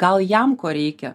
gal jam ko reikia